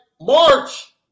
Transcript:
March